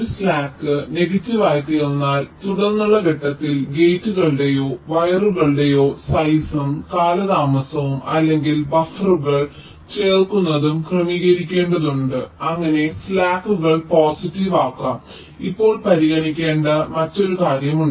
ഒരു slack negative ആയിത്തീർന്നാൽ തുടർന്നുള്ള ഘട്ടത്തിൽ ഗേറ്റുകളുടെയോ വയറുകളുടെയോ സൈസും കാലതാമസവും അല്ലെങ്കിൽ ബഫറുകൾ ചേർക്കുന്നതും ക്രമീകരിക്കേണ്ടതുണ്ട് അങ്ങനെ സ്ലാക്കുകൾ പോസിറ്റീവ് ആക്കാം ഇപ്പോൾ പരിഗണിക്കേണ്ട മറ്റൊരു കാര്യമുണ്ട്